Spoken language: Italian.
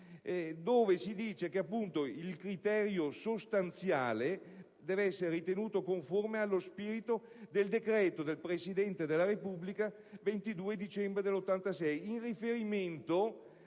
dove si dice che il criterio sostanziale deve essere ritenuto conforme allo spirito del decreto del Presidente della Repubblica 22 dicembre 1986, in riferimento